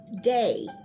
day